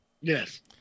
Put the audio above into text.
Yes